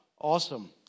Awesome